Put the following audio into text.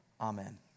Amen